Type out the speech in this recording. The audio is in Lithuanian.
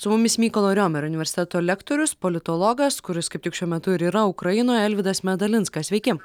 su mumis mykolo romerio universiteto lektorius politologas kuris kaip tik šiuo metu ir yra ukrainoje alvydas medalinskas sveiki